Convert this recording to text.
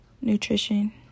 nutrition